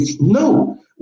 No